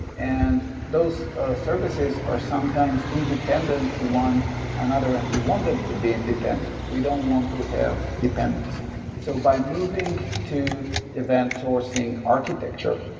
and those ah services are sometimes independent to one another and we want them to be independent. we don't want to have dependency so by moving to event-sourcing architecture,